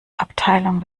abteilung